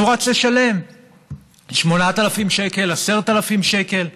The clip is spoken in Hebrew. אז הוא רץ לשלם 8,000 שקל, 10,000 שקל.